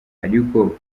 ariko